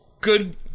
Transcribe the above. good